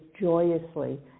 joyously